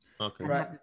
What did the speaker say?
Okay